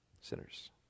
Sinners